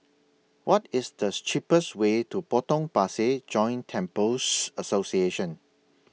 What IS The cheapest Way to Potong Pasir Joint Temples Association